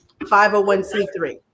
501c3